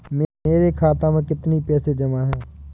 मेरे खाता में कितनी पैसे जमा हैं?